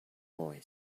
boy